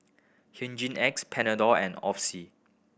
Hygin X Panadol and